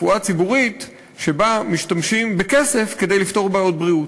רפואה ציבורית שבה משתמשים בכסף כדי לפתור בעיות בריאות.